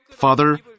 Father